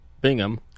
Bingham